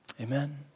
Amen